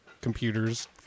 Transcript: computers